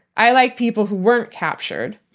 i like people who weren't captured.